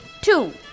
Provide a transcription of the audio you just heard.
two